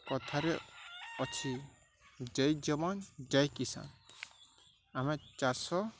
କଥାରେ ଅଛି ଜୟ ଜବାନ୍ ଜୟ କିସାନ ଆମେ ଚାଷ